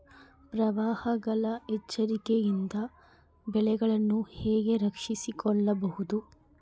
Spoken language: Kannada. ಪ್ರವಾಹಗಳ ಎಚ್ಚರಿಕೆಯಿಂದ ಬೆಳೆಗಳನ್ನು ಹೇಗೆ ರಕ್ಷಿಸಿಕೊಳ್ಳಬಹುದು?